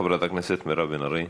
חברת הכנסת מירב בן ארי.